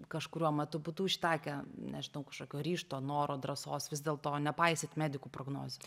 kažkuriuo metu būtų užtekę nežinau kažkokio ryžto noro drąsos vis dėlto nepaisyt medikų prognozių